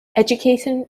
education